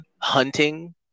hunting